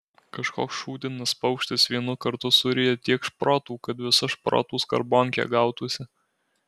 kažkoks šūdinas paukštis vienu kartu suryja tiek šprotų kad visa šprotų skarbonkė gautųsi